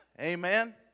Amen